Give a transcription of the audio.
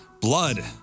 Blood